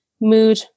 mood